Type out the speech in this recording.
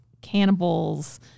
cannibals